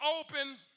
open